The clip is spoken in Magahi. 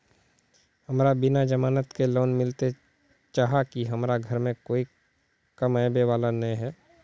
हमरा बिना जमानत के लोन मिलते चाँह की हमरा घर में कोई कमाबये वाला नय है?